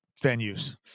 venues